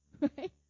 right